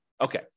Okay